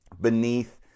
beneath